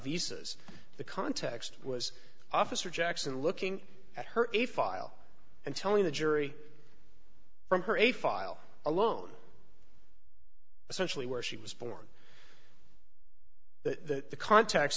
visas the context was officer jackson looking at her a file and telling the jury from her a file alone essentially where she was born the cont